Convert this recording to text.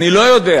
אני לא יודע.